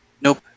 nope